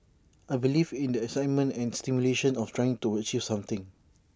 I believe in the excitement and stimulation of trying to achieve something